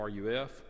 RUF